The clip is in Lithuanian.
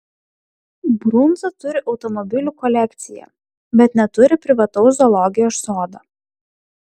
brunza turi automobilių kolekciją bet neturi privataus zoologijos sodo